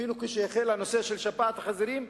אפילו כשהחל הנושא של שפעת החזירים,